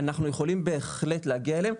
אנחנו יכולים בהחלט להגיע אליהם,